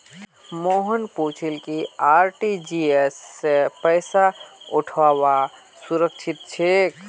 मोहन पूछले कि आर.टी.जी.एस स पैसा पठऔव्वा सुरक्षित छेक